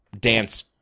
dance